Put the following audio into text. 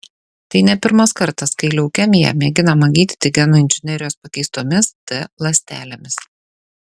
tai ne pirmas kartas kai leukemiją mėginama gydyti genų inžinerijos pakeistomis t ląstelėmis